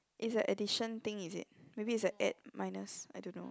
is a additon thing is it maybe is a add minus I don't know